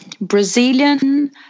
Brazilian